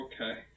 Okay